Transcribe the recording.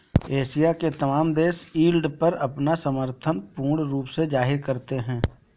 Asia के तमाम देश यील्ड पर अपना समर्थन पूर्ण रूप से जाहिर करते हैं